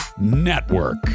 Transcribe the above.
Network